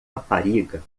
rapariga